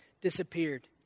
disappeared